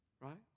Right